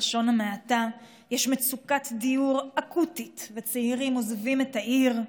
בלשון המעטה; יש מצוקת דיור אקוטית וצעירים עוזבים את העיר,